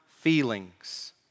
feelings